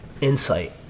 insight